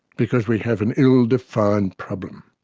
because we have an ill-defined problem.